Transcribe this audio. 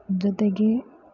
ಜೊತೆಗೆ